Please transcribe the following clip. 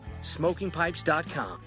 SmokingPipes.com